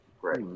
Great